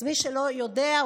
אז מי שלא יודע,